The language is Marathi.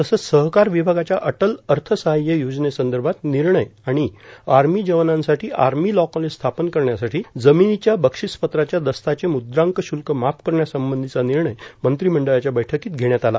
तसंच सहकार विभागाच्या अटल अर्थसहाय्य योजनेसंदर्भात निर्णय आणि आर्मी जवानांसाठी आर्मी लॉ कॉलेज स्थापन करण्यासाठी जमिनीच्या बक्षीसपत्राच्या दस्ताचे म्द्रांक श्ल्क माफ करण्यासंबंधीचा निर्णय मंत्रिमंडळाच्या बैठकीत घेण्यात आला